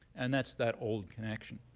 and that's that old connection.